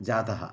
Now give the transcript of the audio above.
जातः